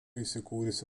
įsikūrusi